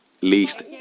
least